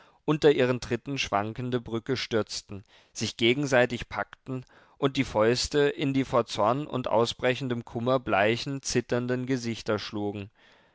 unter ihren tritten schwankende brücke stürzten sich gegenseitig packten und die fäuste in die vor zorn und ausbrechendem kummer bleichen zitternden gesichter schlugen